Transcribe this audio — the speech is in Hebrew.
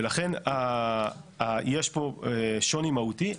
ולכן יש פה שוני מהותי.